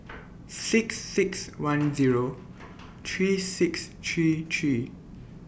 six six one Zero three six three three